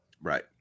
right